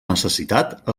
necessitat